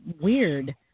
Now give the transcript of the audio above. weird